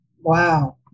Wow